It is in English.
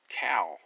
cow